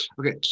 okay